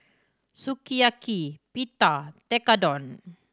Sukiyaki Pita Tekkadon